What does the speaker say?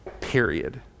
Period